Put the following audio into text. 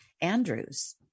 Andrews